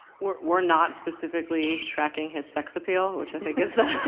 we're we're not specifically tracking his sex appeal, which i think is the